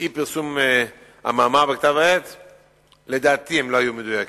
אי-פרסום המאמר בכתב-העת לא היו מדויקים.